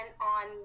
on